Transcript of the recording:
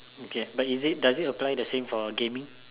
okay but is it does it apply the same for gaming